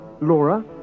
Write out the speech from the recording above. Laura